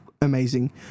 amazing